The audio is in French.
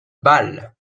bal